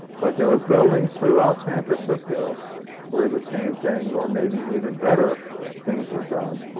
but there were buildings throughout san francisco where the same thing, or maybe even better things, were done.